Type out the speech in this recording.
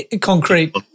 concrete